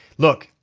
look,